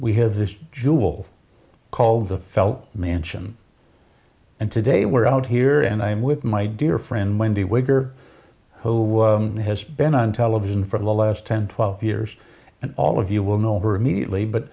we have this jewel called the felt mansion and today we're out here and i'm with my dear friend wendy wigger who has been on television for the last ten twelve years and all of you will know over immediately but